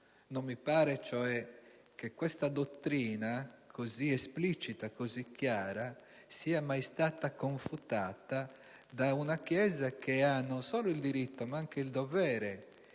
Non mi pare, cioè, che questa dottrina così esplicita e così chiara sia mai stata confutata da una Chiesa che ha, non solo il diritto, ma anche il dovere di